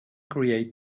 create